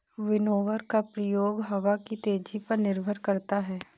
winnower का प्रयोग हवा की तेजी पर निर्भर करता है